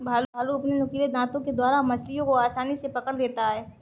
भालू अपने नुकीले दातों के द्वारा मछलियों को आसानी से पकड़ लेता है